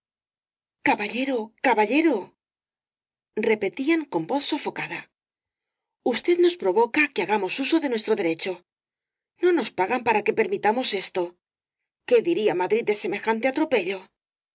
caballero caballero repetían con voz sofocada usted nos provoca á que hagamos uso de nuestro derecho no nos pagan para que permitamos esto qué dirá madrid de semejante atropello